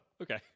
Okay